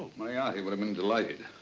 moriarity would have been delighted.